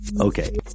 okay